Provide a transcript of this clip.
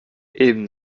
eben